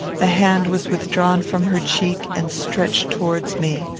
the hand was withdrawn from her cheek, and stretched towards me.